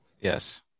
Yes